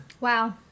Wow